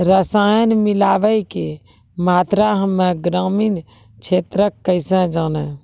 रसायन मिलाबै के मात्रा हम्मे ग्रामीण क्षेत्रक कैसे जानै?